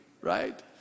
right